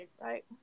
right